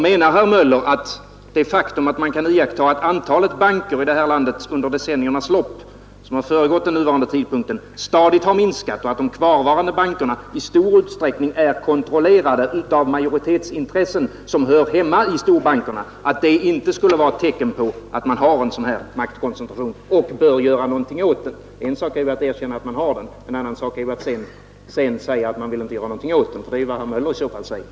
Menar herr Möller att det inte skulle vara ett tecken på maktkoncentration när man kan iaktta hur antalet banker i landet under decenniernas lopp stadigt har minskat och de kvarvarande bankerna i stor utsträckning är kontrollerade av majoritetsintressen som hör hemma i storbankerna? Och borde vi inte göra någonting åt denna maktkoncentration? En sak är att erkänna att den finns och en annan sak är att sedan säga att man inte vill göra någonting åt den, för det är ju vad herr Möller i så fall säger.